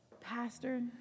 Pastor